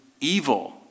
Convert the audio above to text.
evil